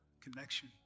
connection